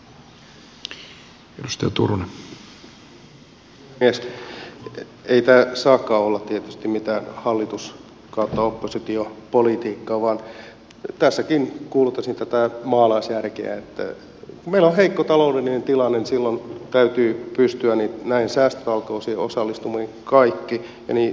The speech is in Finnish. ei tämä saakaan olla tietysti mitään hallitusoppositio politiikkaa vaan tässäkin kuuluttaisin tätä maalaisjärkeä että kun meillä on heikko taloudellinen tilanne niin silloin kaikkien täytyy pystyä näihin säästötalkoisiin osallistumaan niin yleisradionkin